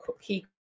key